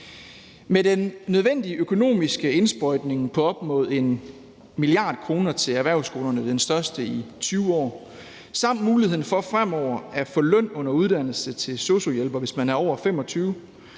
Med den nødvendige økonomiske indsprøjtning på op mod 1 mia. kr. til erhvervsskolerne – den største i 20 år – og muligheden for fremover at få løn under uddannelse til sosu-hjælper, hvis man er over 25